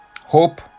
hope